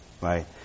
Right